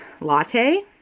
latte